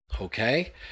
okay